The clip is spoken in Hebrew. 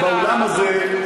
באולם הזה,